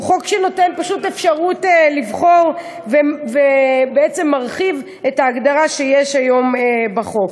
חוק שנותן אפשרות לבחור ומרחיב בעצם את ההגדרה שישנה היום בחוק.